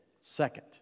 Second